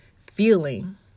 feeling